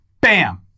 bam